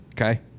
okay